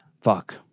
fuck